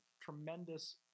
tremendous